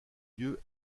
dieu